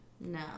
No